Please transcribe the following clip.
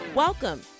Welcome